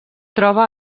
troba